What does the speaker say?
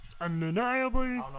undeniably